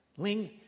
Ling